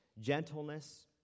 gentleness